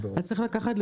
אז צריך לקחת,